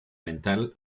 mental